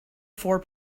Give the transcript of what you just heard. four